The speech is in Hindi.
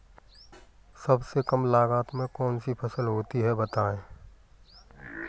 सबसे कम लागत में कौन सी फसल होती है बताएँ?